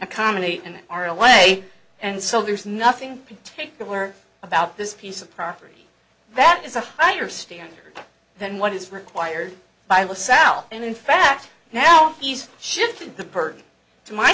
accommodate and are away and so there's nothing particular about this piece of property that is a higher standard than what is required by law sal and in fact now he's shifting the burden to my